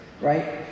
right